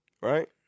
Right